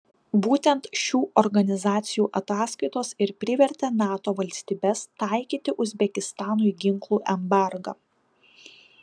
būtent šių organizacijų ataskaitos ir privertė nato valstybes taikyti uzbekistanui ginklų embargą